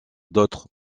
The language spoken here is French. d’autres